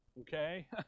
okay